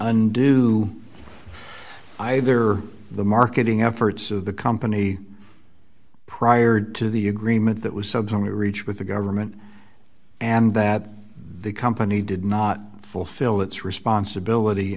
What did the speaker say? undo either the marketing efforts of the company prior to the agreement that was subs only reached with the government and that the company did not fulfill its responsibility